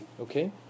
Okay